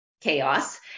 chaos